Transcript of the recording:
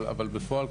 אבל בפועל,